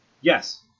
Yes